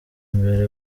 imbere